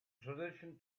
tradition